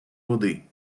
води